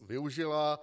využila.